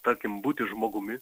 tarkim būti žmogumi